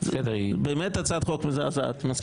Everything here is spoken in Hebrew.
------ באמת הצעת חוק מזעזעת, מסכים.